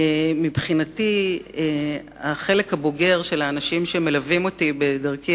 מבחינתי החלק הבוגר של האנשים שמלווים אותי בדרכי